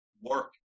work